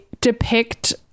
depict